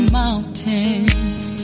mountains